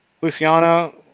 Luciano